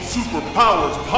Superpowers